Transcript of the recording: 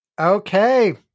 Okay